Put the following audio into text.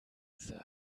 sein